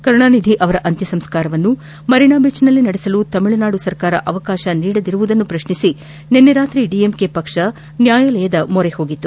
ಕರುಣಾನಿಧಿ ಅವರ ಅಂತ್ಯಸಂಸ್ಕಾರವನ್ನು ಮರಿನಾ ಬೀಚ್ನಲ್ಲಿ ನಡೆಸಲು ತಮಿಳುನಾಡು ಸರ್ಕಾರ ಅವಕಾಶ ನೀಡದಿರುವುದನ್ನು ಪ್ರಶ್ನಿಸಿ ನಿನ್ನೆ ರಾತ್ರಿ ಡಿಎಂಕೆ ಪಕ್ಷ ನ್ಹಾಯಾಲಯದ ಮೊರೆಹೋಗಿತ್ತು